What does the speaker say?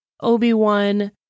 Obi-Wan